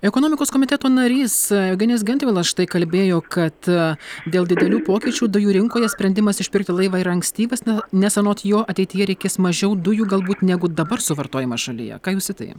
ekonomikos komiteto narys eugenijus gentvilas štai kalbėjo kad dėl didelių pokyčių dujų rinkoje sprendimas išpirkti laivą yra ankstyvas ne nes anot jo ateityje reikės mažiau dujų galbūt negu dabar suvartojama šalyje ką jūs į tai